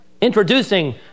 introducing